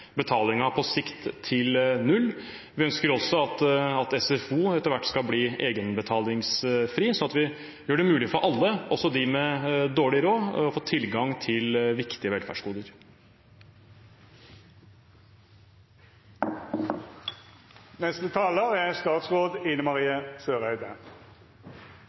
null på sikt. Vi ønsker også at SFO etter hvert skal bli egenbetalingsfri, sånn at vi gjør det mulig for alle, også dem med dårlig råd, å få tilgang til viktige velferdsgoder. Replikkordskiftet er